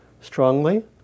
strongly